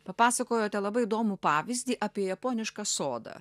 papasakojote labai įdomų pavyzdį apie japonišką sodą